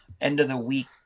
end-of-the-week